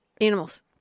animals